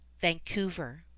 Vancouver